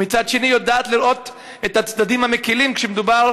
ומצד שני יודעת לראות את הצדדים המקלים כשמדובר